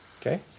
Okay